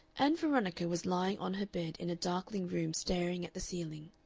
ann veronica was lying on her bed in a darkling room staring at the ceiling.